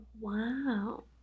Wow